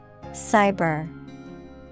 Cyber